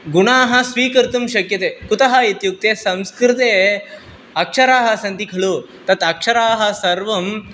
गुणाः स्वीकर्तुं शक्यते कुतः इत्युक्ते संस्कृते अक्षराणि सन्ति खलु तत् अक्षराणि सर्वं